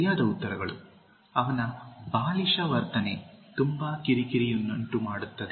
ಸರಿಯಾದ ಉತ್ತರಗಳು ಅವನ ಬಾಲಿಶ ವರ್ತನೆ ತುಂಬಾ ಕಿರಿಕಿರಿಯನ್ನುಂಟು ಮಾಡುತ್ತದೆ